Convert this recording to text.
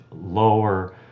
lower